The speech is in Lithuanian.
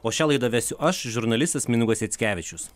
o šią laidą vesiu aš žurnalistas mindaugas jackevičius